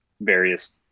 various